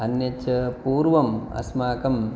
अन्यत् च पूर्वम् अस्माकम्